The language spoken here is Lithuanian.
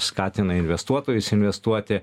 skatina investuotojus investuoti